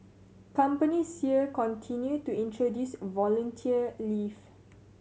companies here continue to introduce volunteer leave